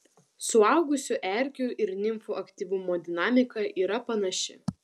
suaugusių erkių ir nimfų aktyvumo dinamika yra panaši